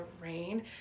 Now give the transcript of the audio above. rain